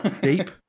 Deep